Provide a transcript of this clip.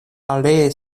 aliaj